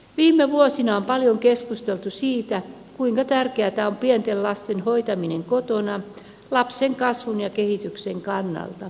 viime vuosina on paljon keskusteltu siitä kuinka tärkeätä on pienten lasten hoitaminen kotona lapsen kasvun ja kehityksen kannalta